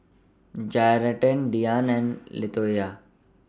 Jarett Diann and Latoyia